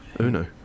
Uno